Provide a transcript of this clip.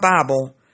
Bible